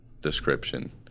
description